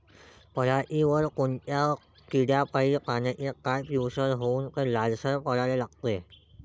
पऱ्हाटीवर कोनत्या किड्यापाई पानाचे काठं पिवळसर होऊन ते लालसर पडाले लागते?